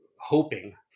hoping